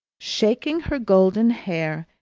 shaking her golden hair,